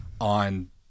on